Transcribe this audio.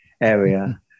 area